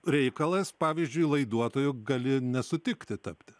reikalas pavyzdžiui laiduotoju gali nesutikti tapti